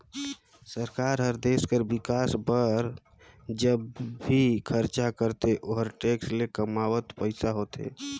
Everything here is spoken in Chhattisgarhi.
सरकार हर देस कर बिकास बर ज भी खरचा करथे ओहर टेक्स ले कमावल पइसा होथे